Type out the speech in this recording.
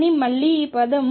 కానీ మళ్లీ ఈ పదం δx x